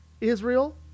Israel